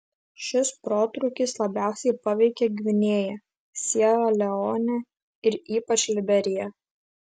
šis protrūkis labiausiai paveikė gvinėją siera leonę ir ypač liberiją